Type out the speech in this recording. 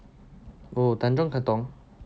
oh tanjong katong